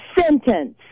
Sentence